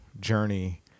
journey